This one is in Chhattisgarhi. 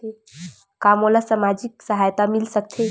का मोला सामाजिक सहायता मिल सकथे?